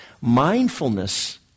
Mindfulness